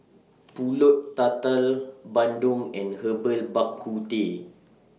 Pulut Tatal Bandung and Herbal Bak Ku Teh